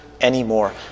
anymore